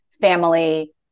family